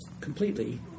completely